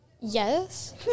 Yes